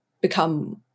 become